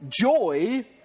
joy